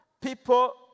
people